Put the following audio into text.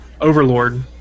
Overlord